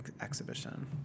exhibition